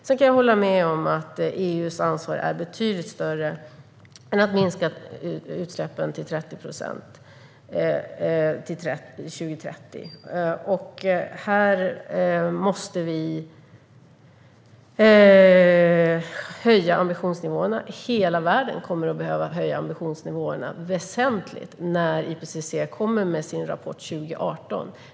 Sedan kan jag hålla med om att EU:s ansvar omfattar betydligt mer än att minska utsläppen till 30 procent till 2030. Här måste hela världen höja ambitionsnivåerna väsentligt när IPCC kommer med sin rapport 2018.